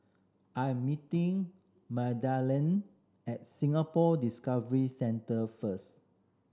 I am meeting Magdalene at Singapore Discovery Centre first